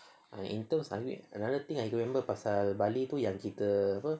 in terms sana another thing I remember pasal bali tu pasal kita apa